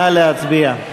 נא להצביע.